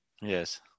Yes